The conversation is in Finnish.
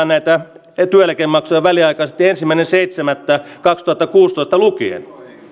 näitä työeläkemaksuja väliaikaisesti ensimmäinen seitsemättä kaksituhattakuusitoista lukien